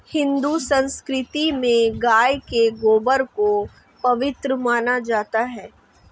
हिंदू संस्कृति में गाय के गोबर को पवित्र माना जाता है